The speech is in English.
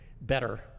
better